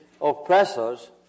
oppressors